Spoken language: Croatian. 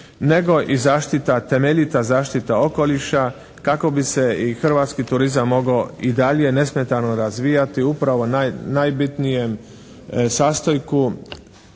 nego i zaštita, temeljita zaštita okoliša kako bi se i hrvatski turizam mogao i dalje nesmetano razvijati upravo najbitnijem sastojku